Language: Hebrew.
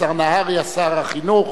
השר נהרי ושר החינוך,